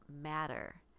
matter